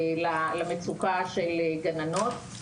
למצוקה של מחסור בגננות,